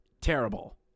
terrible